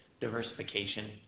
diversification